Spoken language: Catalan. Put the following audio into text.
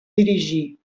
dirigir